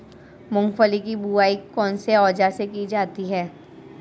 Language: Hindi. मूंगफली की बुआई कौनसे औज़ार से की जाती है?